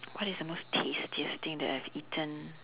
what is the most tastiest thing that I have eaten